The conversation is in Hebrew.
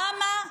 למה?